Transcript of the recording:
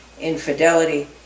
infidelity